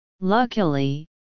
Luckily